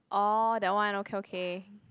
orh that one okay okay